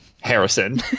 Harrison